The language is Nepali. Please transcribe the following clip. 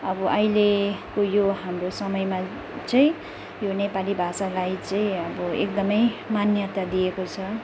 अब अहिलेको यो हाम्रो समयमा चाहिँ यो नेपाली भाषालाई चाहिँ अब एकदमै मान्यता दिएको छ